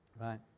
Right